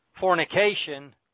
fornication